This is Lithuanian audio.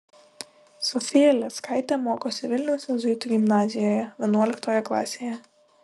sofija lėckaitė mokosi vilniaus jėzuitų gimnazijoje vienuoliktoje klasėje